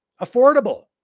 affordable